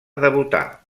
debutar